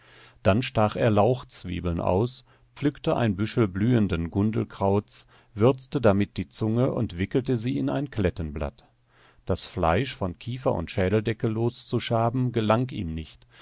dann stach er lauchzwiebeln aus pflückte ein büschel blühenden gundelkrauts würzte damit die zunge und wickelte sie in ein klettenblatt das fleisch von kiefer und schädeldecke loszuschaben gelang ihm nicht